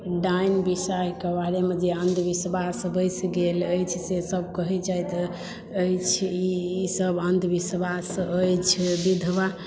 डाइन विषयके बारेमे जे अन्ध विश्वास बसि गेल अछि से सभ कहैत जाइत अछि ई सभ अन्ध विश्वास अछि विधवा